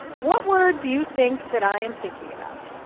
what word do you think that i am thinking about?